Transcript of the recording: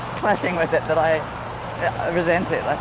clashing with it that i resent it, like